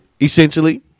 Essentially